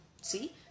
See